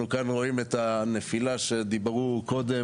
(הצגת מצגת) אנחנו כאן רואים את הנפילה שדיברו קודם,